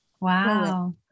Wow